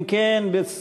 אם כן, בעד,